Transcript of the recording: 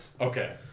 Okay